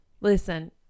Listen